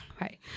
Right